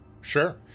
sure